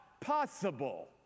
possible